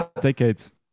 decades